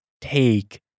take